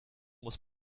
muss